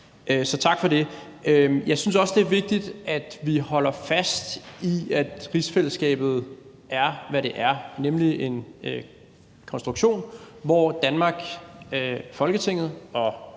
Så tak for det. Jeg synes også, det er vigtigt, at vi holder fast i, at rigsfællesskabet er, hvad det er, nemlig en konstruktion, hvor Danmark – Folketinget –